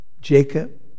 Jacob